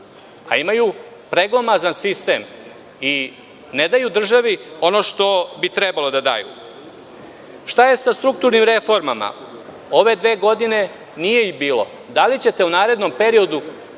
a imaju preglomazan sistem i ne daju državi ono što bi trebalo da daju. Šta je sa strukturnim reformama? Ove dve godine nije ih bilo. Da li ćete u narednom periodu